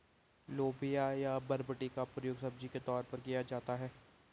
लोबिया या बरबटी का प्रयोग सब्जी के तौर पर किया जाता है